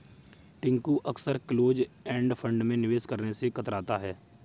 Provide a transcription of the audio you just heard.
टिंकू अक्सर close end fund में निवेश करने से कतराता है